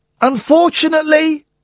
unfortunately